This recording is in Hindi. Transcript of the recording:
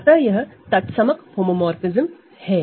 अतः यह तत्समक होमोमोरफ़िज्म है